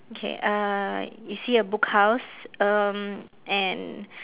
okay uh you see a book house um and